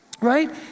right